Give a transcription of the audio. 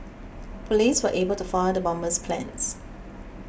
police were able to foil the bomber's plans